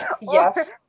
Yes